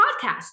podcast